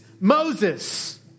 Moses